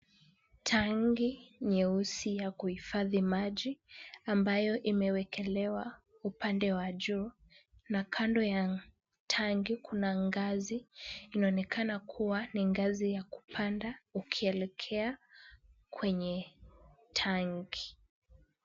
Tangi nyeusi ya kuhifadhi maji ambayo imewekelewa upande wa juu na kando ya tangi kuna ngazi. Inaonekana kuwa ni ngazi ya kupanda ukielekea kwenye tangi.